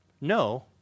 No